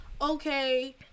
okay